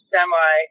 semi